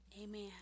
amen